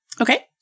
Okay